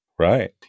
Right